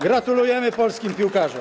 Gratulujemy polskim piłkarzom.